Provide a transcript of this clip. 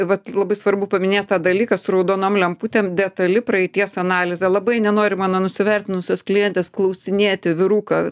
vat labai svarbu paminėt tą dalyką su raudonom lemputėm detali praeities analizė labai nenori mano nusivertinusios klientės klausinėti vyruką